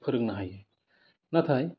फोरोंनो हायो नाथाय